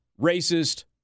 racist